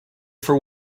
for